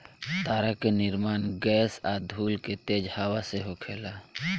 तारा के निर्माण गैस आ धूल के तेज हवा से होखेला